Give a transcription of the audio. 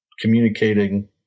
communicating